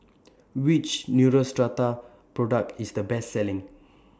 Which Neostrata Product IS The Best Selling